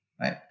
right